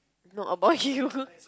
not about you